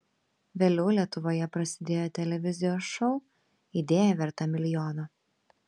vėliau lietuvoje prasidėjo televizijos šou idėja verta milijono